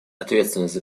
ответственность